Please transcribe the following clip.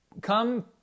Come